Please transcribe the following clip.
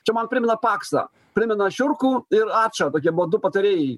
čia man primena paksą primena šiurkų ir ačą tokie buvo du patarėjai